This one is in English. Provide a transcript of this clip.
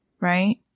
right